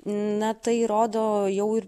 na tai rodo jau ir